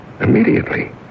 Immediately